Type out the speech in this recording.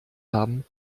haben